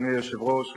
אדוני היושב-ראש,